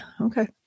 Okay